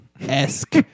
Esque